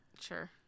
Sure